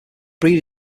breed